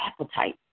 appetite